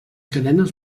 cadenes